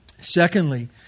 Secondly